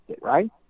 right